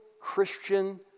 Christian